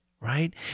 right